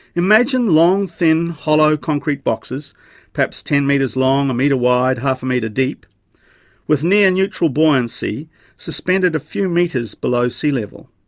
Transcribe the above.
imagine long thin hollow concrete boxes perhaps ten metres long, a metre wide, half a metre deep with near neutral buoyancy suspended a few metres below sea level.